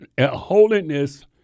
holiness